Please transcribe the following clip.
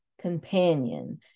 companion